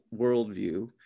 worldview